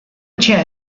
etxea